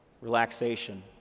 relaxation